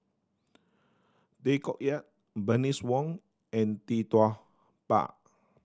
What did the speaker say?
Tay Koh Yat Bernice Wong and Tee Tua Ba